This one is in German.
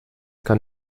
kann